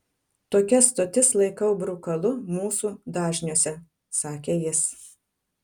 tokias stotis laikau brukalu mūsų dažniuose sakė jis